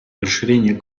расширение